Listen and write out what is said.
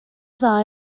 dda